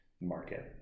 market